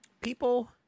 people